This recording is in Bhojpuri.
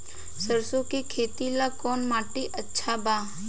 सरसों के खेती ला कवन माटी अच्छा बा?